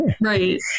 right